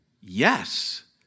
yes